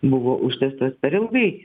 buvo užtęstas per ilgai